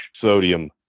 sodium